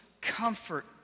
comfort